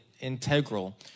integral